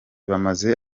bamaze